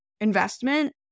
investment